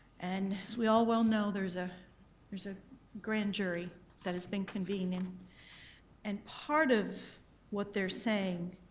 and as we all well know, there's ah there's a grand jury that has been convened and part of what they're saying,